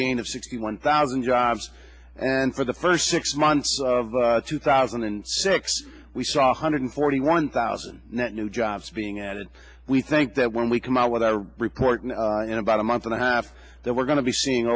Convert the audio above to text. gain of sixty one thousand jobs and for the first six months of two thousand and six we saw a hundred forty one thousand net new jobs being added we think that when we come out with our report in about a month and a half that we're going to be seeing